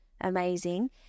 Amazing